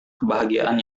kebahagiaan